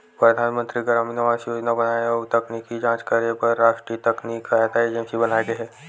परधानमंतरी गरामीन आवास योजना बनाए अउ तकनीकी जांच करे बर रास्टीय तकनीकी सहायता एजेंसी बनाये गे हे